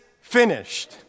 finished